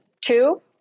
Two